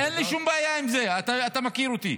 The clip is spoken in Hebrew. אין לי שום בעיה עם זה, אתה מכיר אותי.